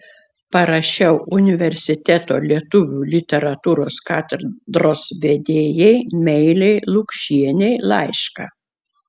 parašiau universiteto lietuvių literatūros katedros vedėjai meilei lukšienei laišką